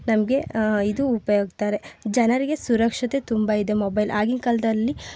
ನಮಗೆ ಇದು ಉಪಯುಕ್ತರೇ ಜನರಿಗೆ ಸುರಕ್ಷತೆ ತುಂಬ ಇದೆ ಮೊಬೈಲ್ ಆಗಿನ ಕಾಲದಲ್ಲಿ